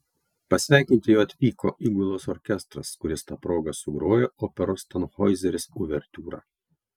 pasveikinti jo atvyko įgulos orkestras kuris ta proga sugrojo operos tanhoizeris uvertiūrą